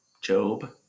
Job